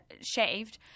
shaved